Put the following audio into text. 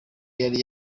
yari